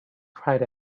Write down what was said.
cried